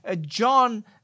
John